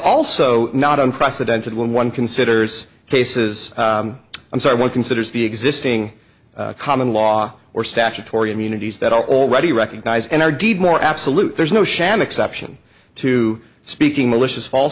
also not unprecedented when one considers cases i'm sorry one considers the existing common law or statutory immunities that are already recognized and are deed more absolute there's no sham exception to speaking malicious fal